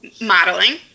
modeling